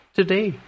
today